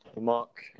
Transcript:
Mark